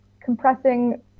compressing